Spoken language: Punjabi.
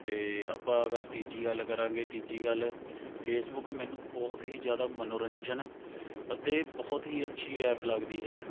ਅਤੇ ਆਪਾਂ ਅਗਰ ਤੀਜੀ ਗੱਲ ਕਰਾਂਗੇ ਤੀਜੀ ਗੱਲ ਫੇਸਬੁੱਕ ਮੈਨੂੰ ਬਹੁਤ ਹੀ ਜ਼ਿਆਦਾ ਮਨੋਰੰਜਨ ਅਤੇ ਬਹੁਤ ਹੀ ਅੱਛੀ ਐਪ ਲੱਗਦੀ ਹੈ